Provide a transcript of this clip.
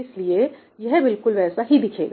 इसलिए यह बिल्कुल वैसा ही दिखेगा